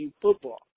football